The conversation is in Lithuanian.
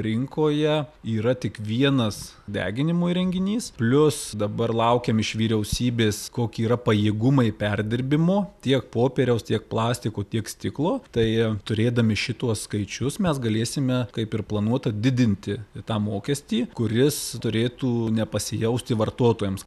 rinkoje yra tik vienas deginimo įrenginys plius dabar laukiam iš vyriausybės koki yra pajėgumai perdirbimo tiek popieriaus tiek plastiko tiek stiklo tai turėdami šituos skaičius mes galėsime kaip ir planuota didinti tą mokestį kuris turėtų nepasijausti vartotojams